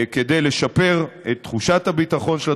כדי לשפר את תחושת הביטחון של התושבים,